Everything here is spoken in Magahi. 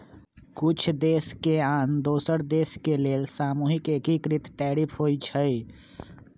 कुछ देश के आन दोसर देश के लेल सामूहिक एकीकृत टैरिफ होइ छइ